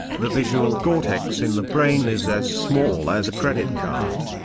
the visual cortex in the brain is as small as a credit card!